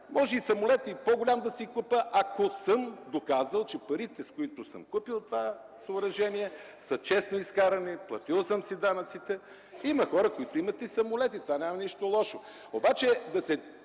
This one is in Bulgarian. може и по-голям самолет да си купя, ако съм доказал, че парите, с които съм купил това съоръжение, са честно изкарани, платил съм си данъците. Има хора, които имат и самолети. В това няма нищо лошо. Обаче да се